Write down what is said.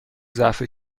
ضعف